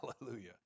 Hallelujah